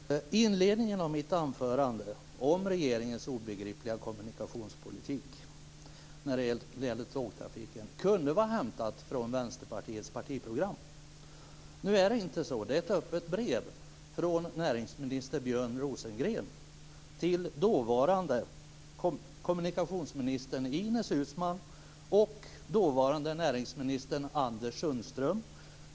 Fru talman! Inledningen till mitt anförande om regeringens obegripliga kommunikationspolitik när det gäller tågtrafiken kunde vara hämtad från Vänsterpartiets partiprogram. Nu är det inte så. Det är ett öppet brev från näringsminister Björn Rosengren till dåvarande kommunikationsminister Ines Uusmann och dåvarande näringsminister Anders Sundström.